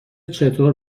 چطور